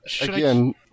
Again